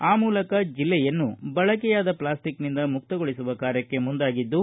ಆ ಮೂಲಕ ಜಿಲ್ಲೆಯನ್ನು ಬಳಕೆಯಾದ ಪ್ಲಾಸ್ಟಿಕ್ನಿಂದ ಮುಕ್ತಗೊಳಿಸುವ ಕಾರ್ಯಕ್ಕೆ ಮುಂದಾಗಿದ್ಲು